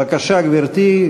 בבקשה, גברתי.